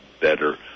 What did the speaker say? better